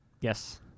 Yes